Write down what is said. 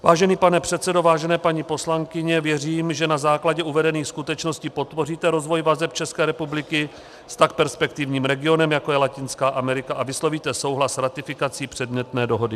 Vážený pane předsedo, vážené paní poslankyně, věřím, že na základě uvedených skutečností podpoříte rozvoj vazeb České republiky s tak perspektivním regionem, jako je Latinská Amerika, a vyslovíte souhlas s ratifikací předmětné dohody.